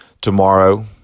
tomorrow